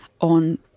on